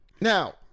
now